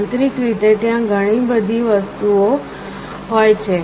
આંતરિક રીતે ત્યાં ઘણી વસ્તુઓ હોય છે